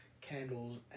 candles